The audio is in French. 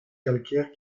calcaires